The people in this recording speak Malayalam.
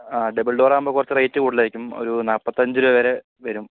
ആ ഡബിൾ ഡോറാകുമ്പോൾ കുറച്ച് റേറ്റ് കൂടലായിരിക്കും ഒരു നാപ്പത്തഞ്ച് രൂപ വരെ വരും